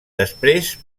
després